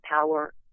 power